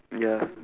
ya